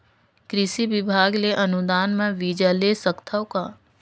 कृषि विभाग ले अनुदान म बीजा ले सकथव का?